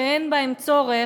שאין בהן צורך,